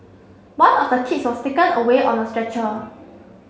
one of the kids was taken away on a stretcher